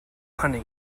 honey